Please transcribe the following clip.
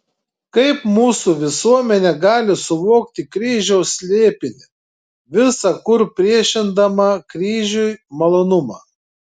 kaip mūsų visuomenė gali suvokti kryžiaus slėpinį visa kur priešindama kryžiui malonumą